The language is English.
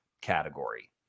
category